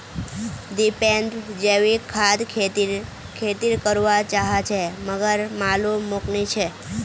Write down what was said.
दीपेंद्र जैविक खाद खेती कर वा चहाचे मगर मालूम मोक नी छे